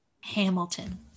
Hamilton